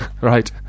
Right